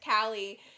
Callie